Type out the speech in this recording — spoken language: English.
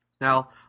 Now